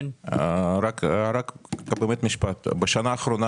בשנה האחרונה,